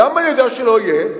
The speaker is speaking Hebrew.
למה אני יודע שלא יהיה?